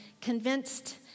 convinced